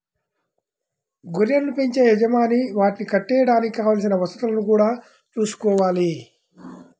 గొర్రెలను బెంచే యజమాని వాటిని కట్టేయడానికి కావలసిన వసతులను గూడా చూసుకోవాలి